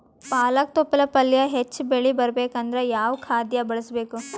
ಪಾಲಕ ತೊಪಲ ಪಲ್ಯ ಹೆಚ್ಚ ಬೆಳಿ ಬರಬೇಕು ಅಂದರ ಯಾವ ಖಾದ್ಯ ಬಳಸಬೇಕು?